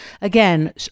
Again